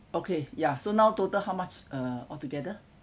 okay ya so now total how much uh all together